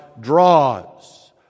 draws